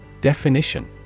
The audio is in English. Definition